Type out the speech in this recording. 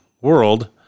world